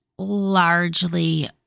largely